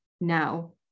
now